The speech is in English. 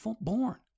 born